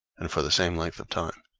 and for the same length of time.